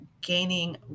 gaining